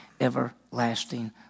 everlasting